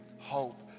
hope